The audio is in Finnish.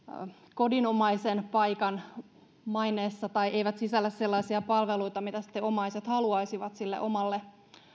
kodinomaisen paikan maineessa tai eivät sisällä sellaisia palveluita mitä sitten omaiset haluaisivat omalle